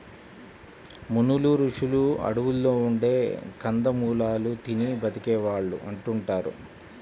మునులు, రుషులు అడువుల్లో ఉండే కందమూలాలు తిని బతికే వాళ్ళు అంటుంటారు